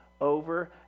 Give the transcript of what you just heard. Over